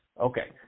Okay